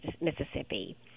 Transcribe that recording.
Mississippi